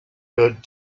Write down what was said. good